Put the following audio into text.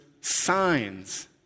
signs